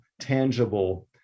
tangible